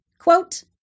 quote